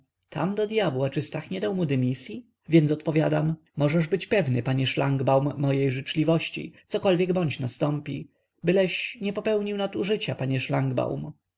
tam do dyabła czy stach nie dał mu dymisyi więc odpowiadam możesz być pewny panie szlangbaum mojej życzliwości cokolwiekbądź nastąpi byleś nie popełnił nadużycia panie